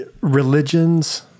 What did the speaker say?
Religions